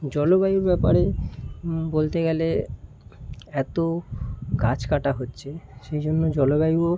জলবায়ুর ব্যাপারে বলতে গেলে এত গাছ কাটা হচ্ছে সেই জন্য জলবায়ুও